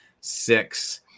Six